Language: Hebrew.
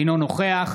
אינו נוכח